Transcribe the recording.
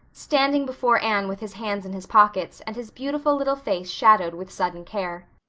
standing before anne with his hands in his pockets and his beautiful little face shadowed with sudden care,